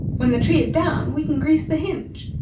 when the tree is down, we can grease the hinge,